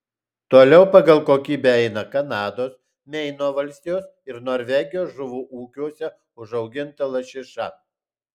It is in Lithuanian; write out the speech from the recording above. toliau pagal kokybę eina kanados meino valstijos ir norvegijos žuvų ūkiuose užauginta lašiša